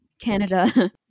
Canada